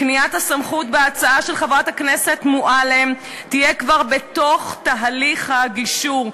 קניית הסמכות בהצעה של חברת הכנסת מועלם תהיה כבר בתוך תהליך הגישור.